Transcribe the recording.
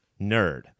nerd